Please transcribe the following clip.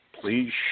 please